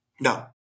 No